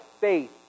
faith